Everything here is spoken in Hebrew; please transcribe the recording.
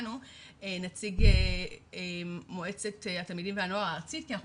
נציג מועצת התלמידים והנוער הארצית כאן